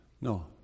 No